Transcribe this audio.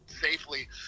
safely